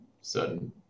certain